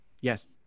Yes